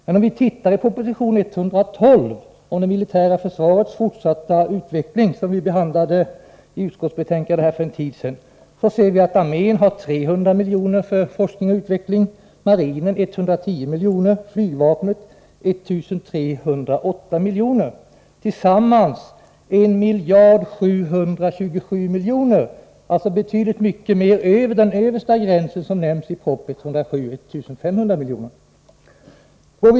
Men om vi tittar i proposition 112, om det militära försvarets fortsatta utveckling, som vi behandlade för en tid sedan, ser vi att armén har 300 milj.kr. för forskning och utveckling, marinen 110 miljoner och flygvapnet 1 308 miljoner. Det blir tillsammans 1 727 milj.kr., alltså betydligt över den översta gräns som nämns i proposition 107.